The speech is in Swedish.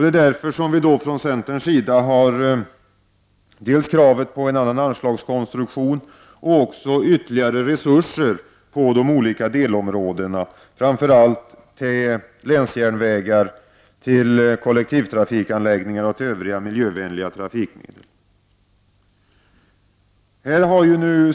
Det är därför som vi från centerns sida har dels krav på en annan anslagskonstruktion, dels krav på ytterligare resurser till olika delområden, framför allt till länsjärnvägar, kollektivtrafikanläggningar och till övriga miljövänliga trafikmedel.